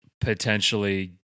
potentially